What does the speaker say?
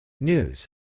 news